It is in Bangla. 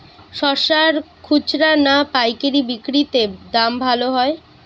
শশার খুচরা না পায়কারী বিক্রি তে দাম ভালো হয়?